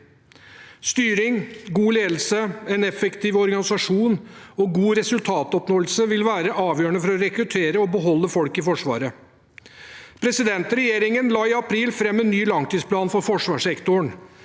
Styring, god ledelse, en effektiv organisasjon og god resultatoppnåelse vil være avgjørende for å rekruttere og beholde folk i Forsvaret. Regjeringen la i april fram en ny langtidsplan for forsvarssektoren.